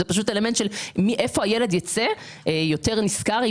זה פשוט אלמנט של איפה הילד ייצא נשכר יותר,